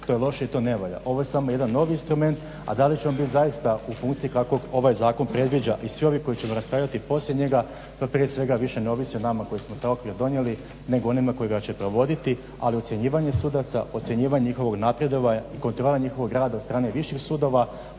to je loše i to ne valja. Ovo je samo jedan novi instrument, a da li će on biti zaista u funkciji kako ovaj zakon predviđa i svi ovi koje ćemo raspravljati poslije njega, to prije svega više ne ovisi o nama koji smo taj okvir donijeli nego o onima koji će ga provoditi. Ali ocjenjivanje sudaca, ocjenjivanje njihovog napredovanja i kontrola njihovog rada od strane viših sudova